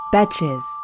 Betches